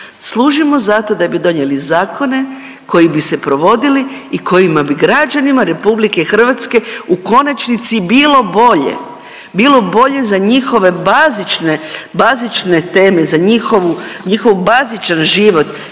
Služimo za to da bi donijeli zakone koji bi se provodili i kojima bi građanima RH u konačnici bilo bolje, bilo bolje za njihove bazične teme, za njihov bazičan život